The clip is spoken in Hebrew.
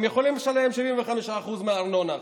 הם יכולים לשלם 75% מהארנונה עכשיו,